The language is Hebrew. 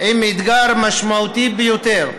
עם אתגר משמעותי ביותר: